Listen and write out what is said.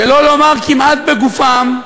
שלא לומר כמעט בגופם,